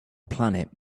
planet